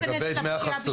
אתייחס לגבי דמי החסות.